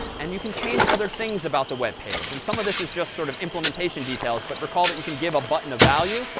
and you can change other things about the web page. and some of this is just sort of implementation details, but recall that you can give a button a value,